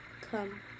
Come